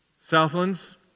Southlands